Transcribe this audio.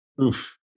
Oof